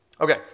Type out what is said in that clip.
Okay